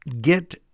get